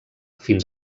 fins